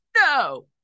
No